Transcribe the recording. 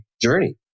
journey